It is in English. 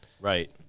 Right